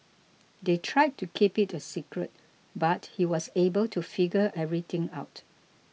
they tried to keep it a secret but he was able to figure everything out